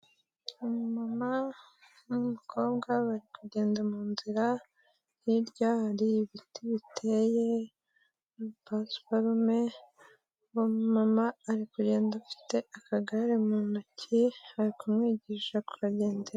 Umumama n'umukobwa bari kugenda mu nzira, hirya hari ibiti biteye na pasiparume. Uwo mumama ari kugenda afite akagare mu ntoki bari kumwigisha kukagenderamo.